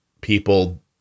people